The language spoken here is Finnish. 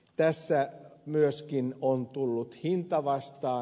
tässä myöskin on tullut hinta vastaan